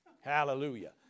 Hallelujah